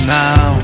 now